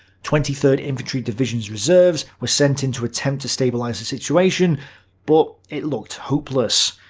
twenty third infantry division's reserves were sent in to attempt to stabilize the situation but it looked hopeless.